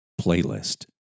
playlist